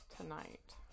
tonight